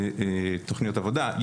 תוכניות עבודה,